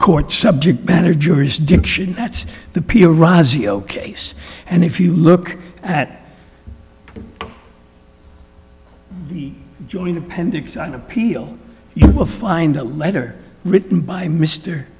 court subject matter jurisdiction that's the p r razi ok and if you look at the joint appendix on appeal you will find a letter written by mr